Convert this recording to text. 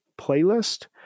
playlist